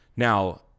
Now